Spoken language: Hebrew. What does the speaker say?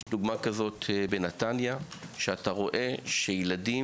יש דוגמא כזאת בנתניה, שאתה רואה שילדים,